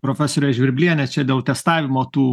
profesore žvirbliene čia dėl testavimo tų